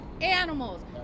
animals